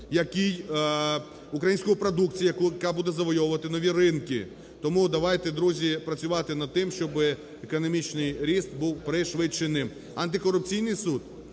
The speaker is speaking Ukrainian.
який… української продукції, яка буде завойовувати нові ринки. Тому давайте, друзі, працювати над тим, щоби економічний ріст був пришвидшеним. Антикорупційний суд